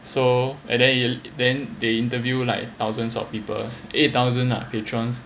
so and then then they interview like thousands of people's eight thousand lah patrons